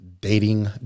Dating